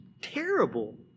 terrible